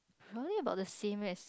[huh] it's about the same as